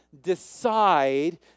decide